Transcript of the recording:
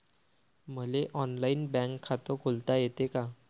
मले online bank खात खोलता येते का?